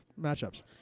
matchups